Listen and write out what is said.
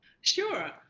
Sure